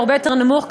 הוא הרבה יותר נמוך.